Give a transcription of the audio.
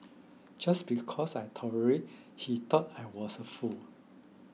just because I tolerate he thought I was a fool